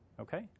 okay